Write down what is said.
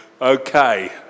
Okay